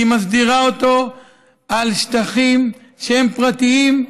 היא מסדירה אותו על שטחים שהם פרטיים,